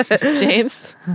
James